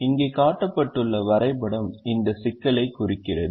இங்கே காட்டப்பட்டுள்ள வரைபடம் இந்த சிக்கலைக் குறிக்கிறது